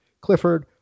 clifford